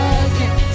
again